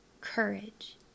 courage